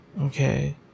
Okay